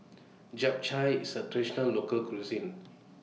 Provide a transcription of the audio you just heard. Japchae IS A Traditional Local Cuisine